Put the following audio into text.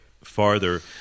Farther